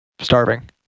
starving